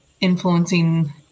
influencing